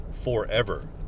forever